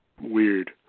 weird